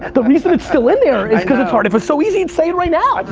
the reason it's still in there is cause it's hard. if it's so easy you'd say it right now.